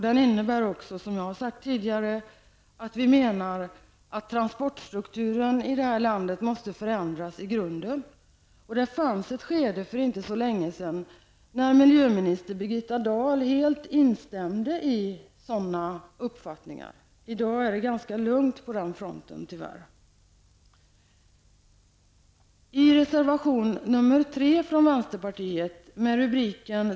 Den innebär också, som jag har sagt tidigare, att vi menar att transportstrukturen i det här landet måste förändras i grunden. Det fanns ett skede för inte så länge sedan då miljöminister Birgitta Dahl helt instämde i en sådan uppfattning. I dag är det tyvärr ganska lugnt på den fronten.